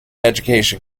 education